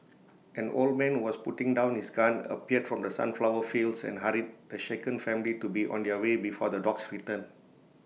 an old man was putting down his gun appeared from the sunflower fields and hurried the shaken family to be on their way before the dogs return